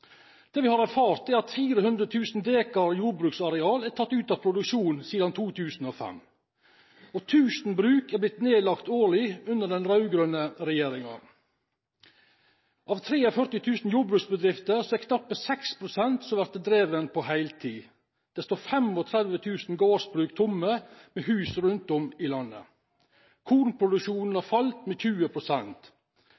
Det vi har erfart, er at 400 000 dekar jordbruksareal er tatt ut av produksjon siden 2005. Og 1 000 bruk er blitt nedlagt årlig under den rød-grønne regjeringen. Av 43 000 jordbruksbedrifter drives knappe 6 pst. på heltid. Det står 35 000 gårdsbruk med tomme hus rundt om i landet. Kornproduksjonen har